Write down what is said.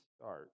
start